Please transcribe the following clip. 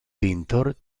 pintor